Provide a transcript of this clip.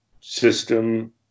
system